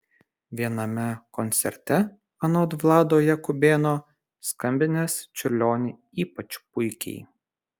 viename koncerte anot vlado jakubėno skambinęs čiurlionį ypač puikiai